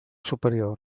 superior